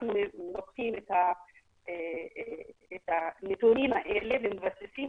אנחנו בודקים את הנתונים האלה, ומבצעים